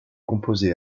composée